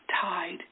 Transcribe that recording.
tied